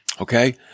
Okay